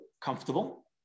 comfortable